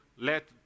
let